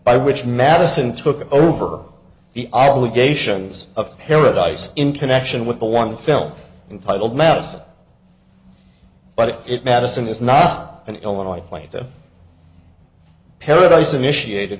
by which madison took over the obligations of paradise in connection with the one film entitled mess but it madison is not an illinois plant that paradise initiated